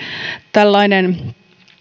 tällainen